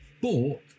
bought